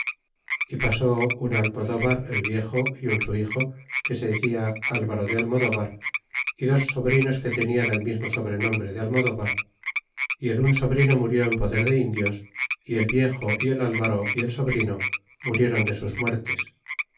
y pasó un almodovar el viejo é un su hijo que se decia alvaro de almodovar y dos sobrinos que tenian el mesmo sobrenombre de almodovar é el un sobrino murió en poder de indios y el viejo y el alvaro y el sobrino murieron de sus muertes